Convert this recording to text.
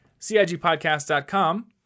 CIGpodcast.com